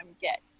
get